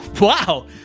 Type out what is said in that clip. Wow